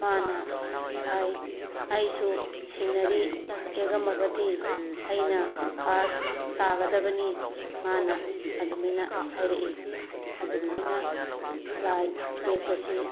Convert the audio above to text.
ꯃꯥꯅ ꯍꯥꯏ ꯑꯩꯁꯨ ꯁꯤꯟꯅꯔꯤ ꯌꯦꯛꯑꯝꯃꯒꯗꯤ ꯑꯩꯅ ꯐꯥꯔꯁ ꯇꯥꯒꯗꯕꯅꯤ ꯃꯥꯅ ꯑꯗꯨꯃꯥꯏꯅ ꯍꯥꯏꯔꯛꯏ ꯑꯗꯨꯃꯥꯏꯅ ꯂꯥꯏ ꯌꯦꯛꯄꯁꯤ